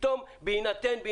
ופתאום "בהינתן"?